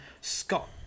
Scott